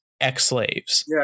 ex-slaves